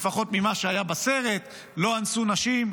לפחות ממה שהיה בסרט, לא אנסו נשים,